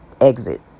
exit